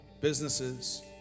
businesses